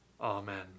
Amen